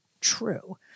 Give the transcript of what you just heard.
true